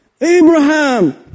Abraham